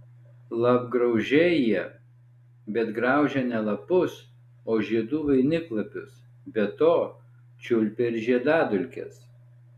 lapgraužiai jie bet graužia ne lapus o žiedų vainiklapius be to čiulpia ir žiedadulkes